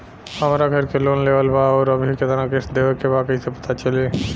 हमरा घर के लोन लेवल बा आउर अभी केतना किश्त देवे के बा कैसे पता चली?